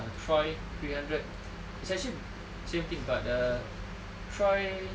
troy three hundred is actually same thing but a troy